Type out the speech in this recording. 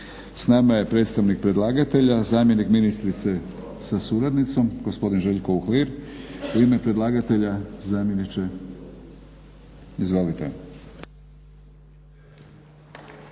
S nama je predstavnik predlagatelja, zamjenik ministrice sa suradnicom, gospodin Željko Uhlir u ime predlagatelja. Zamjeniče, izvolite.